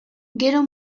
gero